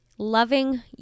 Loving